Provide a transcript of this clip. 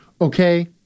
okay